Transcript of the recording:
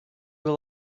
will